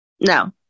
no